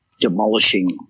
demolishing